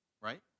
right